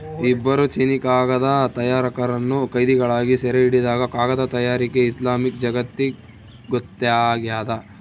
ಇಬ್ಬರು ಚೀನೀಕಾಗದ ತಯಾರಕರನ್ನು ಕೈದಿಗಳಾಗಿ ಸೆರೆಹಿಡಿದಾಗ ಕಾಗದ ತಯಾರಿಕೆ ಇಸ್ಲಾಮಿಕ್ ಜಗತ್ತಿಗೊತ್ತಾಗ್ಯದ